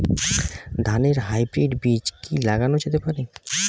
ধানের হাইব্রীড বীজ কি লাগানো যেতে পারে?